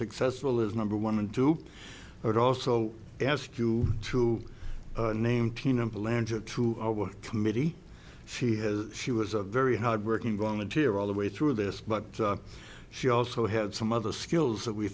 successful is number one and two are also asked you to name teen implanted two committee she has she was a very hard working volunteer all the way through this but she also had some other skills that we